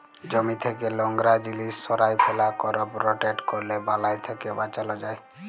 জমি থ্যাকে লংরা জিলিস সঁরায় ফেলা, করপ রটেট ক্যরলে বালাই থ্যাকে বাঁচালো যায়